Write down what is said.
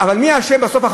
אבל מי אשם בסוף?